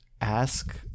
ask